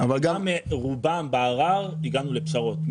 לגבי רובם בערר הגענו לפשרות,